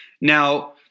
Now